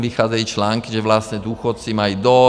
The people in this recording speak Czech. Vycházejí články, že vlastně důchodci mají dost.